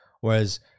whereas